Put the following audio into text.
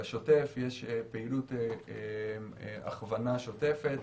בשוטף יש פעילות הכוונה שוטפת.